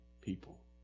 people